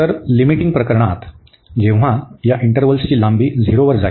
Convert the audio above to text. तर लिमिटिंग प्रकरणात जेव्हा या इंटरवल्सची लांबी 0 जाईल